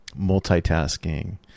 multitasking